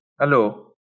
Hello